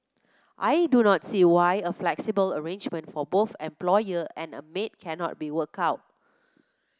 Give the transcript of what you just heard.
I do not see why a flexible arrangement for both employer and maid cannot be worked out